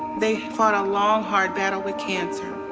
they fought a long, hard battle with cancer,